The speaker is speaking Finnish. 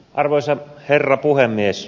arvoisa herra puhemies